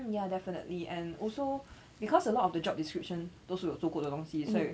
mm ya definitely and also because a lot of the job description 都是有做过的东西所以